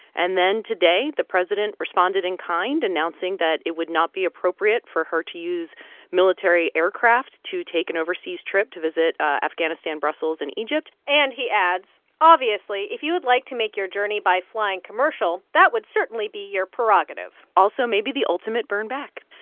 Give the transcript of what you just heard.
and then today, the president responded in kind, announcing that it would not be appropriate for her to use military aircraft to take an overseas trip to visit afghanistan, brussels and egypt and he adds, obviously, if you would like to make your journey by flying commercial, that would certainly be your prerogative also, maybe the ultimate burn back.